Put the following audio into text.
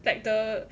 like the